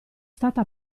stata